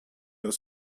aus